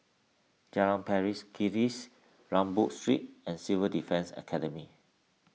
Jalan Pari Kikis Rambau Street and Civil Defence Academy